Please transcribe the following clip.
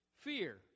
Fear